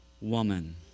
woman